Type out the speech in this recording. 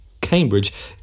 Cambridge